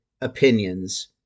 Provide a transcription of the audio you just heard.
opinions